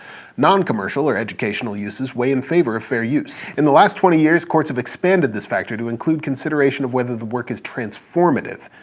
noncommercial or educational uses weigh in favor of fair use. in the last twenty years courts have expanded this factor to include consideration of whether the work is transformative.